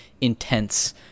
intense